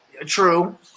True